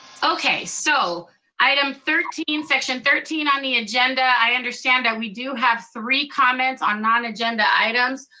okay, so item thirteen, section thirteen on the agenda, i understand that we do have three comments on non-agenda items.